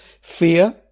Fear